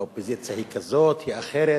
האופוזיציה היא כזאת, היא אחרת,